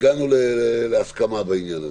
והגענו להסכמה בעניין הזה.